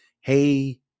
Hey